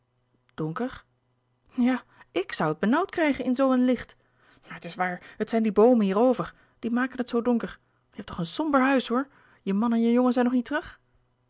i k zoû het benauwd krijgen in zoo een licht maar het is waar het zijn die boomen hierover die maken het zoo donker je hebt toch een somber huis hoor je man en je jongen zijn nog niet terug